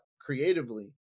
creatively